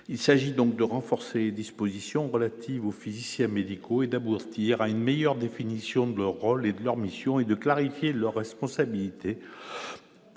il s'agit donc de renforcer les dispositions relatives aux physiciens médicaux et d'aboutir à une meilleure définition de leur rôle et de leur mission est de clarifier leur responsabilité